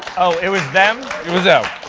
oh, it was them? it was them.